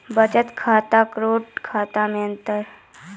बचत खाता करेंट खाता मे अंतर?